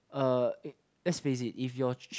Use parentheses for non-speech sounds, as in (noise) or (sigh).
uh let's face it if your (noise)